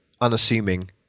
unassuming